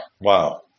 wow